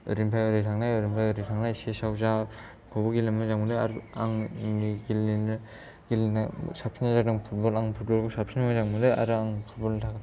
ओरैनिफ्राय ओरै थांनाय ओरैनिफ्राय ओरै थांनाय चेस आव जाखौबो गेलेनो मोजां मोनो आरो आंनि गेलेनाया साबसिन जादों फुटबल आं फुटबल खौ साबसिन मोजां मोनो आरो आं फुटबल नि थाखाय